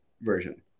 version